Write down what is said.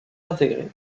intégré